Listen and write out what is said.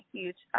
huge